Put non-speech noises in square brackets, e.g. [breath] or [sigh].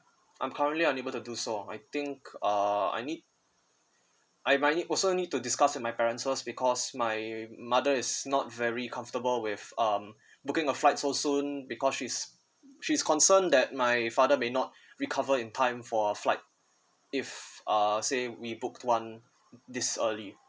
I'm currently unable to do so I think uh I need I might need also need to discuss with my parents just because my mother is not very comfortable with um [breath] booking a flight so soon because she's she's concern that my father may not [breath] recover in time for our flight if uh say we book one this early